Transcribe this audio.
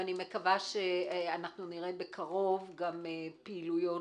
ואני מקווה שנראה בקרוב גם פעילויות